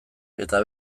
eta